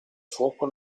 fuoco